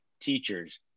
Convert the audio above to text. teachers